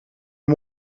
een